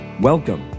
Welcome